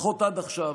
לפחות עד עכשיו,